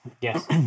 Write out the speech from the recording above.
Yes